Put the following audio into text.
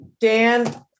Dan